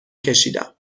کشیدم